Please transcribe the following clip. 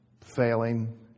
failing